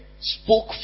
spoke